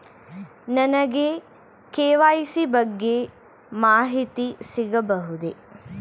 ನನಗೆ ಕೆ.ವೈ.ಸಿ ಬಗ್ಗೆ ಮಾಹಿತಿ ಸಿಗಬಹುದೇ?